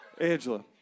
Angela